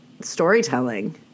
storytelling